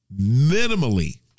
minimally